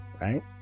right